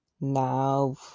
Now